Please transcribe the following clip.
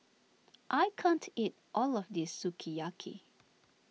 I can't eat all of this Sukiyaki